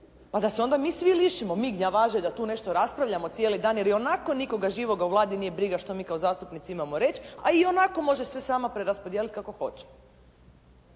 pa da se onda mi svi lišimo, mi gnjavaže da tu nešto raspravljamo cijeli dan, jer ionako nikoga živoga u Vladi nije briga što mi kao zastupnici imamo reći, a ionako može sve sama preraspodijeliti kako hoće.